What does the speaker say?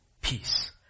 peace